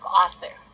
author